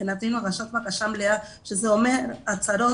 מבחינתנו הגשת בקשה מלאה זה אומר הצהרות